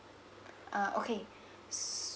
uh okay